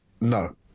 No